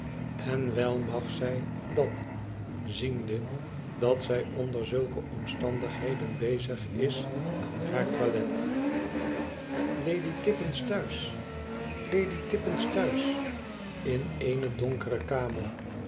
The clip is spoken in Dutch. n wèl mag zij dat ziende dat zij onder zulke omstandigheden bezig is aan haar toilet lady tippins thuis lady tippins thuis in eene donkere kamer